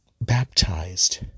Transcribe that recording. baptized